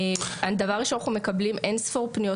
דבר ראשון אנחנו מקבלים אין-ספור פניות